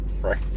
right